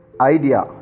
idea